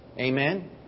amen